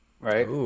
Right